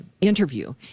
interview